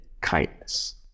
kindness